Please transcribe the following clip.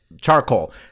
charcoal